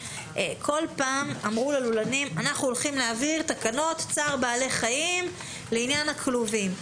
כל פעם אמרו לנו שהולכים להעביר תקנות צער בעלי חיים לעניין הכלובים.